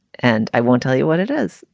and i won't tell you what it is.